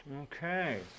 Okay